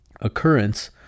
occurrence